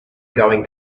going